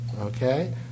okay